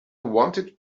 wanted